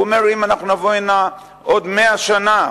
הוא אומר: אם אנחנו נבוא הנה בעוד 100 שנה,